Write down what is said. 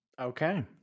Okay